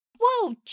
whoa